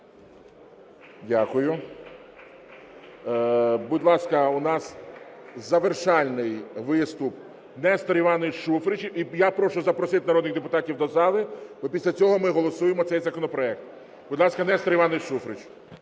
Дякую. Будь ласка, у нас завершальний виступ, Нестор Іванович Шуфрич. І я прошу запросити народних депутатів до зали, бо після цього ми голосуємо цей законопроект. Будь ласка, Нестор Іванович Шуфрич.